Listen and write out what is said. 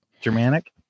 Germanic